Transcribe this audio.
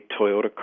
Toyota